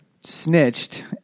snitched